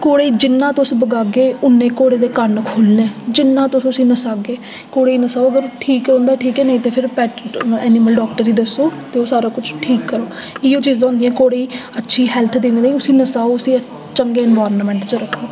घोड़े गी जिन्ना तुस भगागे उन्ने घोड़े दे कन्न खुह्लने जिन्ना तुस उसी नसाह्गे घोड़े गी नसाहो ठीक होंदा ठीक ऐ नेईं तां पैट्ट ऐनिमल डाक्टर गी दस्सो ओह् सारा किश ठीक करो इ'यै चीजां होंदियां घोड़े गी अच्छी हैल्थ देने दा उसी नसाहो उसी चंगे इनवायरनमेंट च रक्खो